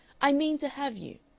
i mean to have you!